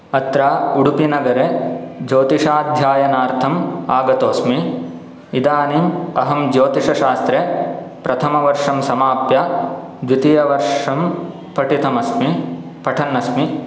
अत्र उडुपिनगरे ज्योतिषाध्ययनार्थम् आगतोस्मि इदानीम् अहं ज्योतिषशास्त्रे प्रथमवर्षं समाप्य द्वितीयवर्षं पठितमस्मि पठन् अस्मि